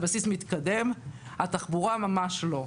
הבסיס מתקדם אבל התחבורה ממש לא.